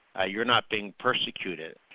ah you're not being persecuted.